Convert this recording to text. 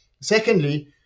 Secondly